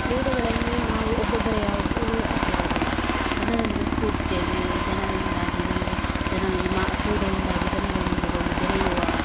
ಕ್ರೀಡೆಗಳನ್ನು ನಾವು ಒಬ್ಬೊಬ್ಬರೆ ಯಾವಾಗಲೂ ಆಟಾಡೋದಿಲ್ಲ ಜನರೊಂದಿಗೆ ಕೂಡ್ತೇವೆ ಜನರಿಂದಾಗಿ ನಮಗೆ ಜನರಿಗೆ ಮಾ ಕ್ರೀಡೆಯಿಂದಾಗಿ ಜನರೊಂದಿಗೆ ಒಂದು ಬೆರೆಯುವ